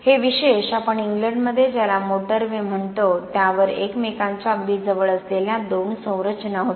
हे विशेष आपण इंग्लंडमध्ये ज्याला मोटरवे म्हणतो त्यावर एकमेकांच्या अगदी जवळ असलेल्या दोन संरचना होत्या